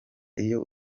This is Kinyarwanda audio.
iyo